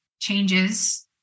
changes